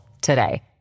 today